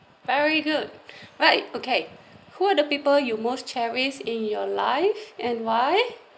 very good right okay who are the people you most cherish in your life and why